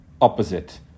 opposite